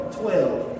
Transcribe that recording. twelve